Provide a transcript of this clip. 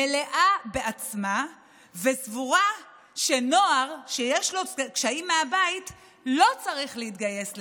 מלאה בעצמה וסבורה שנוער שיש לו קשיים מהבית לא צריך להתגייס לצה"ל.